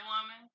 woman